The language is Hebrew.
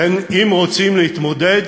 לכן, אם רוצים להתמודד,